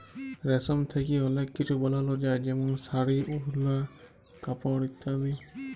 রেশম থ্যাকে অলেক কিছু বালাল যায় যেমল শাড়ি, ওড়লা, কাপড় ইত্যাদি